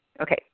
Okay